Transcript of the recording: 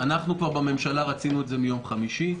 אנחנו בממשלה רצינו את זה כבר מיום חמישי.